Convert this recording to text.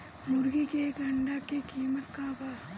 मुर्गी के एक अंडा के कीमत का बा?